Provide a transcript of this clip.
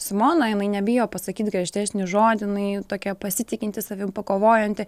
simona jinai nebijo pasakyt griežtesnį žodį jinai tokia pasitikinti savim pakovojanti